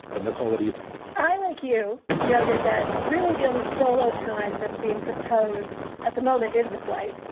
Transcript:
but, nicole, what do you think? i, like you, noted that really the only solo time that's being proposed at the moment is the flight.